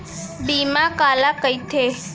बीमा काला कइथे?